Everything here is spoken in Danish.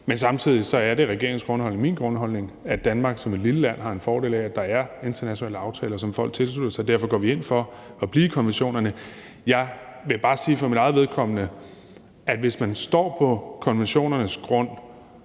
men samtidig er det regeringens grundholdning og min grundholdning, at Danmark som et lille land har en fordel af, at der er internationale aftaler, som folk tilslutter sig, og derfor går vi ind for at blive i konventionerne. Jeg vil bare sige for mit eget vedkommende, at hvis man står på konventionernes grund,